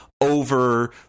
over